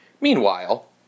Meanwhile